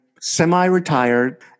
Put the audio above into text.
semi-retired